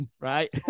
right